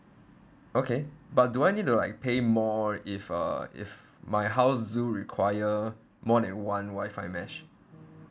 okay but do I need to like pay more if uh if my house do require more than one WI-FI mesh